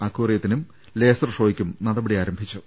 അക്വേറിയത്തിനും laser ഷോയ്ക്കും നടപടി ആരംഭിച്ചു